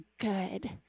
good